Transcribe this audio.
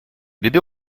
bébés